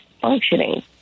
functioning